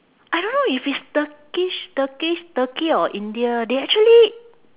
I don't know if it's turkish turkish turkey or india they actually